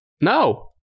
No